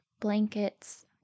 blankets